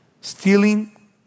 Stealing